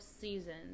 seasons